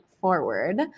forward